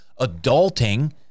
adulting